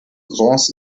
prince